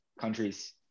countries